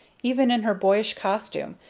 even in her boyish costume,